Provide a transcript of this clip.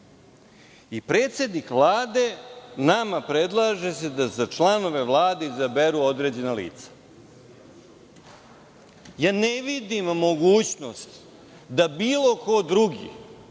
Predsednik Vlade nama predlaže da se za članove Vlade izaberu određena lica. Ne vidim mogućnost da bilo ko drugi,